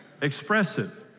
Expressive